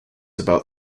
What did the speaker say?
about